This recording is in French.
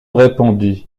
répondit